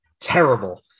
terrible